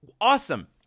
Awesome